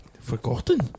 Forgotten